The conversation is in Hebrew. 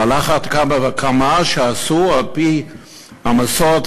ועל אחת כמה וכמה שאסור על-פי המסורת